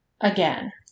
Again